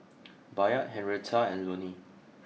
Bayard Henrietta and Lonny